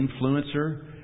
influencer